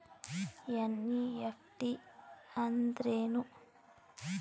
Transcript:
NEFT ಅಂದ್ರೆನು?